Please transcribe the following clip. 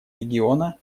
региона